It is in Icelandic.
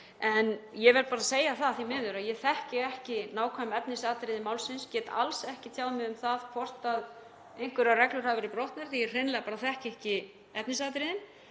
En ég verð bara að segja það, því miður, að ég þekki ekki nákvæm efnisatriði málsins og get alls ekki tjáð mig um það hvort að einhverjar reglur hafi verið brotnar því að ég þekki hreinlega ekki efnisatriðin.